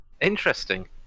Interesting